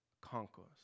conquers